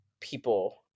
people